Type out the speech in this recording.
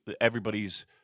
everybody's